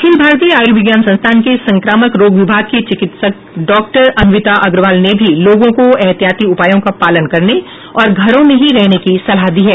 अखिल भारतीय आयुर्विज्ञान संस्थान के संक्रामक रोग विभाग की चिकित्सक डॉ अन्विता अग्रवाल ने भी लोगों को एहतियाती उपायों का पालन करने और घरों में ही रहने की सलाह दी है